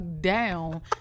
down